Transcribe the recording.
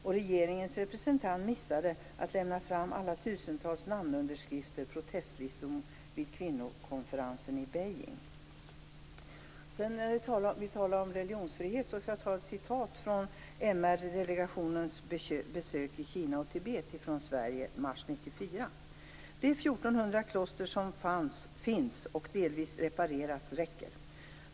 Och regeringens representant missade att lämna fram alla tusentals namnunderskrifter på protestlistor från kvinnokonferensen i Beijing. Vi talade om religionsfrihet. Då vill jag anföra ett citat från den svenska MR-delegationens besök i Kina och i Tibet i mars 1994: "De 1 400 kloster som finns och delvis reparerats räcker.